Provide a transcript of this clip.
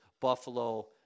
Buffalo